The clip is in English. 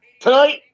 Tonight